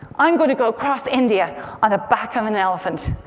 i'm going to go across india on the back of an elephant.